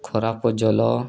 ଖରାପ ଜଳ